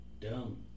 dumb